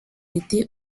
été